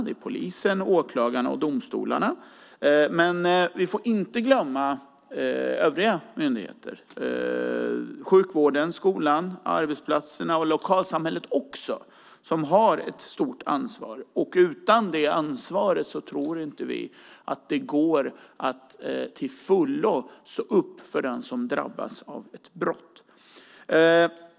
Det är polisen, åklagarna och domstolarna. Men vi får inte glömma övriga myndigheter. Det är sjukvården, skolan, arbetsplatserna och också lokalsamhället som har ett stort ansvar. Utan det ansvaret tror inte vi att det går att till fullo stå upp för den som drabbas av ett brott.